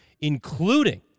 including